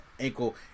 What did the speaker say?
ankle